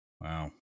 Wow